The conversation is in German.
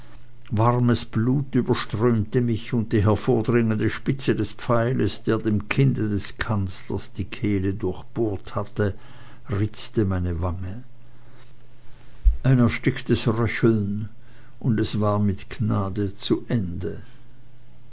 warmes blut überströmte mich und die hervordringende spitze des pfeiles der dem kinde des kanzlers die kehle durchbohrt hatte ritzte meine wange ein ersticktes röcheln und es war mit gnade zu ende